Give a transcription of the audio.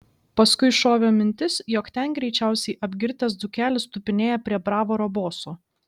paskui šovė mintis jog ten greičiausiai apgirtęs dzūkelis tupinėja prie bravoro boso